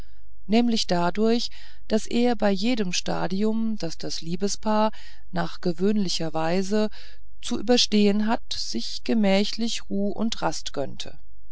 nämlich dadurch daß er bei jedem stadium das das liebespaar nach gewöhnlicher weise zu überstehen hat sich gemächliche ruh und rast gönnte